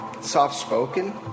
soft-spoken